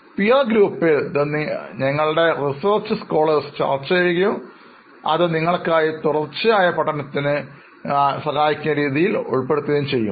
peer ഗ്രൂപ്പിൽ ഇത് ഞങ്ങളുടെ research scholars ചർച്ച ചെയ്യുകയും അത് നിങ്ങൾക്കായി തുടർച്ചയായ പഠനത്തിന് സഹായിക്കുകയും ചെയ്യും